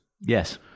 Yes